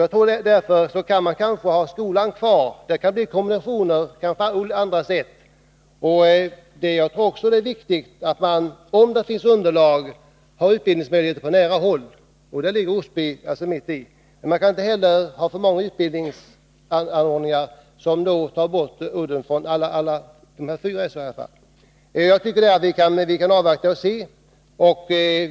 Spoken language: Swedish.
Jag tror att man kanske kan ha skolan kvar; det är möjligt att det kan bli kombinationer på andra sätt. Jag tror också att det är viktigt att man, om det finns underlag, har utbildningsmöjligheter på nära håll, och Osby ligger som sagt mitt i den här triangeln. Men man kan inte heller ha alltför många utbildningsanordningar, som då tar bort udden från de övriga orternas utbildningsvägar. Vi får avvakta och se.